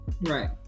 Right